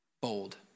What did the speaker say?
Bold